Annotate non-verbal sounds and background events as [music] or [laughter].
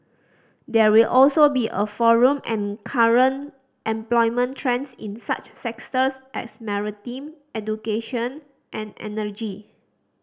there will also be a forum and current employment trends in such [unintelligible] as maritime education and energy